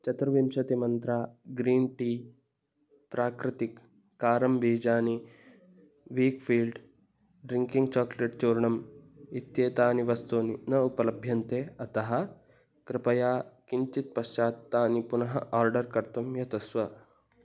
चतुर्विंशतिमन्त्रा green tea प्राकृतिक् कारं बीजानि वीक् फ़ील्ड् ड्रिङ्किङ्ग् चाक्लेट् चूर्णम् इत्येतानि वस्तूनि न उपलभ्यन्ते अतः कृपया किञ्चित् पश्चात् तानि पुनः आर्डर् कर्तुं यतस्व